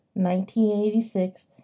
1986